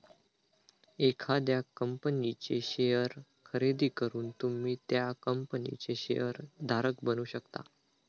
एखाद्या कंपनीचे शेअर खरेदी करून तुम्ही त्या कंपनीचे शेअर धारक बनू शकता